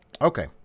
Okay